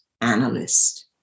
analyst